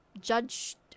judged